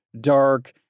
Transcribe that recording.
dark